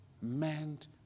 meant